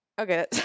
Okay